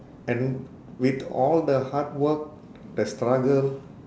and with all the hard work the struggle